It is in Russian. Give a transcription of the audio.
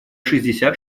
шестьдесят